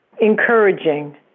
encouraging